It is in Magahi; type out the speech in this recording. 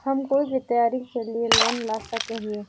हम कोई भी त्योहारी के लिए लोन ला सके हिये?